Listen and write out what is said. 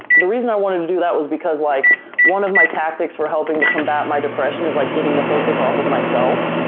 the reason i wanted to do that was because, like one of my tactics for helping to combat my depression was like getting the focus off of myself.